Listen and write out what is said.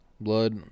Blood